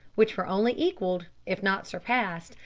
which were only equalled, if not surpassed,